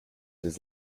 his